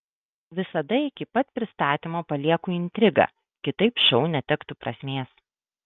visada iki pat pristatymo palieku intrigą kitaip šou netektų prasmės